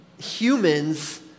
humans